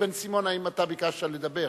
חבר הכנסת בן-סימון, האם אתה ביקשת לדבר?